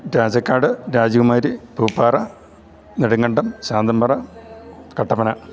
Rajakkad Rajakumari Bhoopara Nedumkandam Santhanpara Kattappana